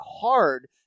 hard